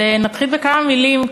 נתחיל בכמה מילים,